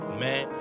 man